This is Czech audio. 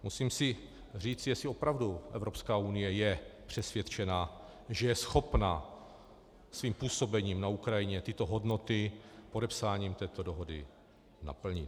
Musím si říct, jestli je opravdu Evropská unie přesvědčena, že je schopna svým působením na Ukrajině tyto hodnoty podepsáním této dohody naplnit.